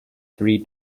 three